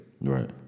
Right